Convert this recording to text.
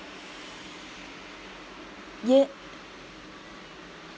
yes